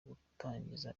gutangiza